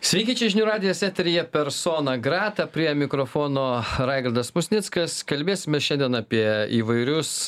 sveiki čia žinių radijas eteryje persona grata prie mikrofono raigardas musnickas kalbėsime šiandien apie įvairius